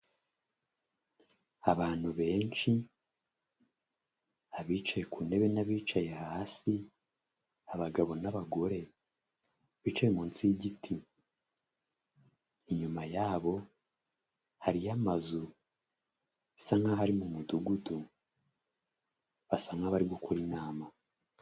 Abantu benshi abicaye ku intebe n'abicaye hasi abagabo n'abagore bicaye munsi y'igiti inyuma yabo hari yo amazu basa n'abari mu umudugudu basa nk'abari gukora inama.